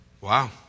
wow